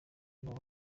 n’uwo